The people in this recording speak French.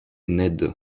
ned